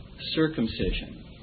circumcision